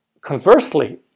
conversely